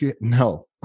no